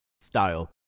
Style